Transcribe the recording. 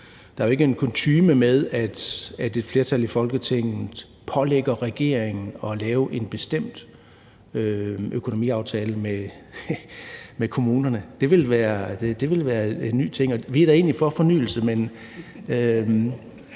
er jo ikke kutyme for, at et flertal i Folketinget pålægger regeringen at lave en bestemt økonomiaftale med kommunerne. Det ville være en ny ting – og vi er da egentlig for fornyelse, så